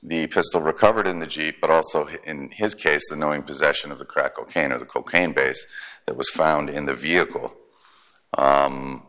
the pistol recovered in the jeep but also in his case the knowing possession of the crack cocaine of the cocaine base that was found in the vehicle